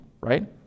right